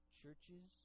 churches